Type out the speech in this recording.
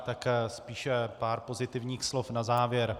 Tak spíš pár pozitivních slov na závěr.